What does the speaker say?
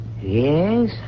Yes